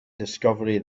discovery